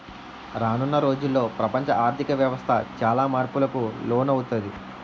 రానున్న రోజుల్లో ప్రపంచ ఆర్ధిక వ్యవస్థ చాలా మార్పులకు లోనవుతాది